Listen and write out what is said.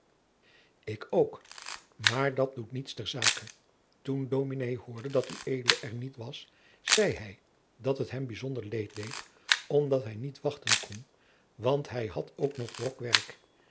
ik ook maar dat doet niets ter zake toen jacob van lennep de pleegzoon dominé hoorde dat ued er niet was zei hij dat het hem bijzonder leed deed omdat hij niet wachten kon want hij had nog